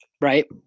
right